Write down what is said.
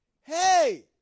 Hey